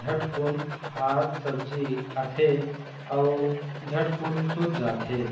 झटकुन भात सब्जी खाथे अउ झटकुन सूत जाथे